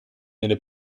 nelle